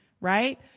right